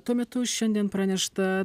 tuo metu šiandien pranešta